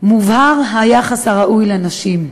מובהר היחס הראוי לנשים.